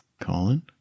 Colin